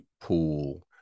pool